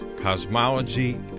cosmology